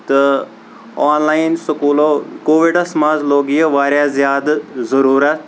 تہٕ online سکولو کووِڈس منٛز لوٚگ یہِ واریاہ زیادٕ ضرورت